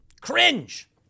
Cringe